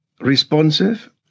responsive